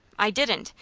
i didn't.